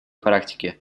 практике